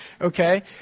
okay